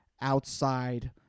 outside